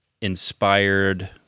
inspired